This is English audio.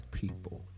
people